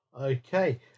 Okay